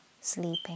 sleeping